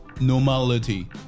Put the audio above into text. Normality